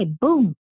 boom